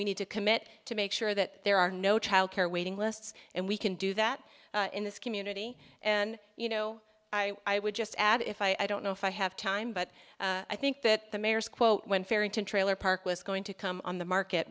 we need to commit to make sure that there are no childcare waiting lists and we can do that in this community and you know i would just add if i don't know if i have time but i think that the mayor's quote when ferry trailer park was going to come on the market